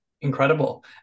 Incredible